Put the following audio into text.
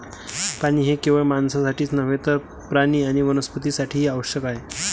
पाणी हे केवळ माणसांसाठीच नव्हे तर प्राणी आणि वनस्पतीं साठीही आवश्यक आहे